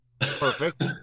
Perfect